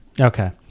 Okay